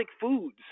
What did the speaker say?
foods